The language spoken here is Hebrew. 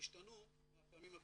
שהשתנו מהפעמים הקודמות.